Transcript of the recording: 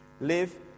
Live